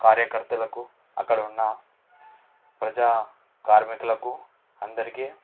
కార్యకర్తలకు అక్కడున్న ప్రజాకార్మికులకు అందరికి